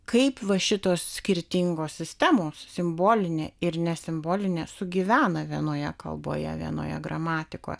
kaip va šitos skirtingos sistemos simbolinė ir ne simbolinė sugyvena vienoje kalboje vienoje gramatikoje